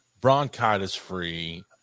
bronchitis-free